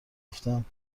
گفتم